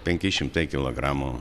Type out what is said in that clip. penki šimtai kilogramų